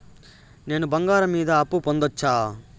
నేను బంగారం మీద అప్పు పొందొచ్చా?